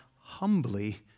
humbly